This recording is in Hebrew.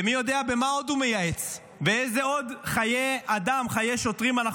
ומי יודע במה עוד הוא מייעץ ואיזה עוד חיי אדם וחיי שוטרים אנחנו